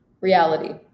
reality